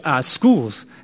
schools